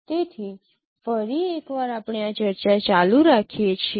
તેથી ફરી એકવાર આપણે આ ચર્ચા ચાલુ રાખીએ છીએ